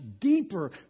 deeper